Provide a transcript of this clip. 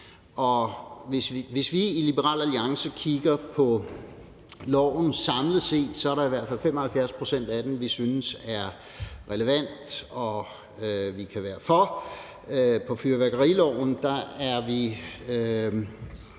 Hvis vi i Liberal Alliance kigger på loven samlet set, er der i hvert fald 75 pct. af den, vi synes er relevant, og som vi kan være for. I forhold til fyrværkeriloven er vi